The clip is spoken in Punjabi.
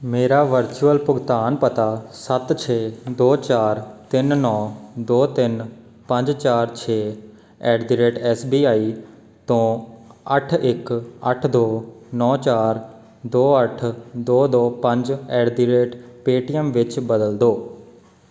ਮੇਰਾ ਵਰਚੁਅਲ ਭੁਗਤਾਨ ਪਤਾ ਸੱਤ ਛੇ ਦੋ ਚਾਰ ਤਿੰਨ ਨੌ ਦੋ ਤਿੰਨ ਪੰਜ ਚਾਰ ਛੇ at the rate S B I ਤੋਂ ਅੱਠ ਇੱਕ ਅੱਠ ਦੋ ਨੌ ਚਾਰ ਦੋ ਅੱਠ ਦੋ ਦੋ ਪੰਜ ਐਟ ਦ ਰੇਟ ਪੇਟੀਐੱਮ ਵਿੱਚ ਬਦਲ ਦਿਉ